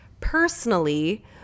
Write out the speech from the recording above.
personally